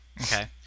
Okay